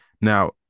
Now